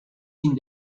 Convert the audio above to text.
sin